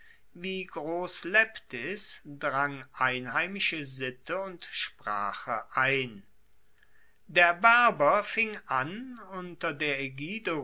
wie gross leptis drang einheimische sitte und sprache ein der berber fing an unter der aegide